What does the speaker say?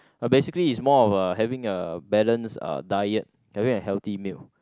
basically is more of a having a balanced uh diet having a healthy meal